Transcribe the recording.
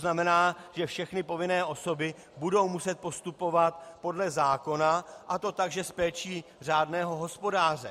Znamená to, že všechny povinné osoby budou muset postupovat podle zákona, a to s péčí řádného hospodáře.